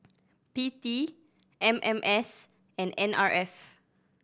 P T M M S and N R F